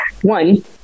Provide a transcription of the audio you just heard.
one